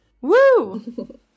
Woo